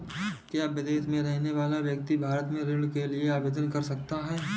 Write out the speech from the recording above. क्या विदेश में रहने वाला व्यक्ति भारत में ऋण के लिए आवेदन कर सकता है?